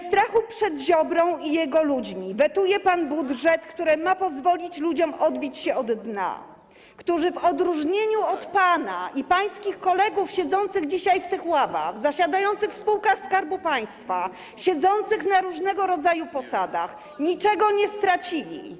Ze strachu przed Ziobrą i jego ludźmi wetuje pan budżet, który ma pozwolić odbić się od dna ludziom, którzy w odróżnieniu od pana i pańskich kolegów siedzących dzisiaj w tych ławach, zasiadających w spółkach Skarbu Państwa, siedzących na różnego rodzaju posadach niczego nie stracili.